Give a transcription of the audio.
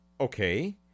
Okay